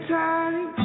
time